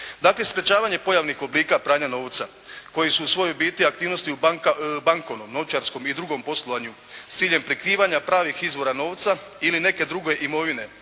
Dakle, sprječavanje pojavnih oblika pranja novca koji su u svojoj biti aktivnosti u bankovnom, novčarskom i drugom poslovanju s ciljem prikrivanja pravih izvora novca ili neke druge imovine